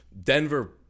Denver